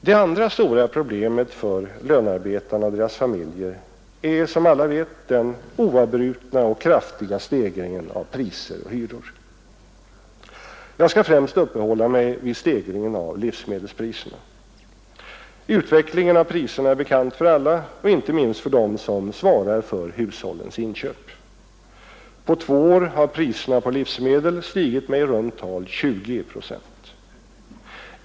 Det andra stora problemet för lönarbetarna och deras familjer är, som alla vet, den oavbrutna och kraftiga stegringen av priser och hyror. Jag skall främst uppehålla mig vid stegringen av livsmedelspriserna. Utvecklingen av priserna är bekant för alla och inte minst för dem som svarar för hushållens inköp. På två år har priserna på livsmedel stigit med i runt tal 20 procent.